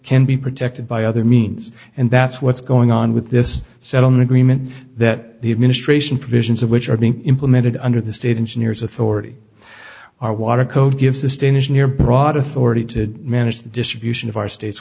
can be protected by other means and that's what's going on with this settlement agreement that the administration provisions of which are being implemented under the state engineers authority our water code gives this danish near broad authority to manage the distribution of our state